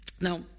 Now